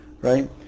right